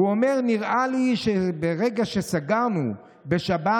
והוא אומר: "נראה לי שברגע שסגרנו בשבת,